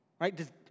Right